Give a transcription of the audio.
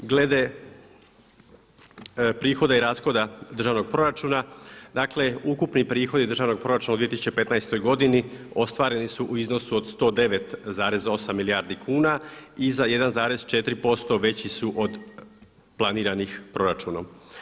Glede prihoda i rashoda državnog proračuna, dakle ukupni prihodi državnog proračuna u 2015. godini ostvareni su u iznosu od 109,8 milijardi kuna i za 1,4% veći su od planiranih proračunom.